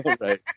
Right